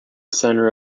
centre